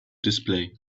display